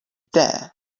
there